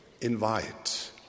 invite